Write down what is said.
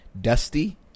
Dusty